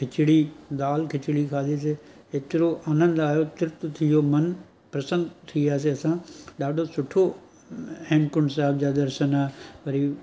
खिचिड़ी दालि खिचिड़ी खाधीसीं एतिरो आनंदु आयो तृप्त थी वियो मनु प्रसन्न थी वियासीं असां ॾाढो सुठो हेमकुंड साहिब जा दर्शन वरी